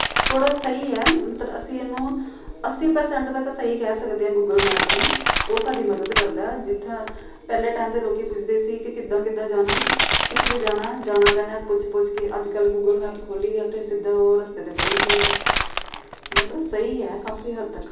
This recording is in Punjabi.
ਥੋੜ੍ਹਾ ਸਹੀ ਹੈ ਮਤਲਬ ਅਸੀਂ ਇਹਨੂੰ ਅੱਸੀ ਪ੍ਰਸੈਂਟ ਤੱਕ ਸਹੀ ਕਹਿ ਸਕਦੇ ਹਾਂ ਗੂਗਲ ਮੈਪ ਨੂੰ ਉਹ ਸਾਡੀ ਮਦਦ ਕਰਦਾ ਜਿੱਦਾਂ ਪਹਿਲੇ ਟਾਈਮ ਦੇ ਲੋਕੀ ਪੁੱਛਦੇ ਸੀ ਕਿ ਕਿੱਦਾਂ ਕਿੱਦਾਂ ਜਾਣਾ ਕਿੱਥੇ ਜਾਣਾ ਜਾਣਾ ਪੈਣਾ ਪੁੱਛ ਪੁੱਛ ਕੇ ਅੱਜ ਕੱਲ੍ਹ ਗੂਗਲ ਮੈਪ ਖੋਲੀਦਾ ਅਤੇ ਸਿੱਧਾ ਉਹ ਰਸਤੇ 'ਤੇ ਪਹੁੰਚ ਜਾਈਦਾ ਮਤਲਬ ਸਹੀ ਆ ਕਾਫੀ ਹੱਦ ਤੱਕ